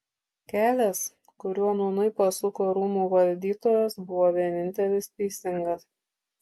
kelias kuriuo nūnai pasuko rūmų valdytojas buvo vienintelis teisingas